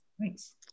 Thanks